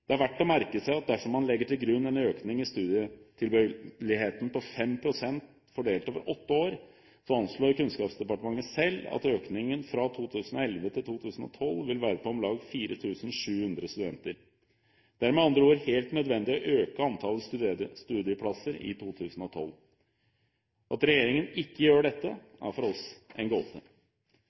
Det er verdt å merke seg at dersom man legger til grunn en økning i studietilbøyeligheten på 5 pst. fordelt over åtte år, anslår Kunnskapsdepartementet selv at økningen fra 2011 til 2012 vil være på om lag 4 700 studenter. Det er med andre ord helt nødvendig å øke antallet studieplasser i 2012. At regjeringen ikke gjør dette, er for oss en gåte.